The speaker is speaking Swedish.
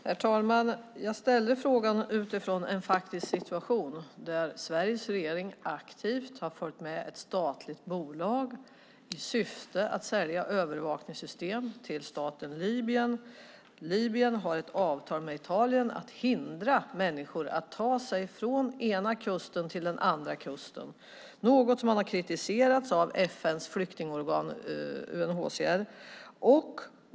Herr talman! Jag ställde frågan utifrån en faktisk situation, att Sveriges regering aktivt har följt med ett statligt bolag i syfte att sälja övervakningssystem till staten Libyen. Libyen har ett avtal med Italien om att hindra människor från att ta sig från den ena kusten till den andra, något som har kritiserats av FN:s flyktingorgan UNHCR.